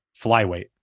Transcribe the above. flyweight